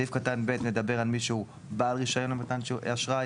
סעיף קטן ב' על מישהו בעל רישיון למתן אשראי